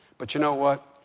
but you know what,